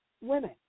women